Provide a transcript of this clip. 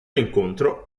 incontro